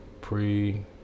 Pre